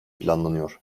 planlanıyor